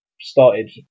started